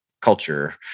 culture